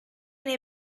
nei